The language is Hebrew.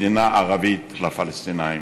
מדינה ערבית לפלסטינים.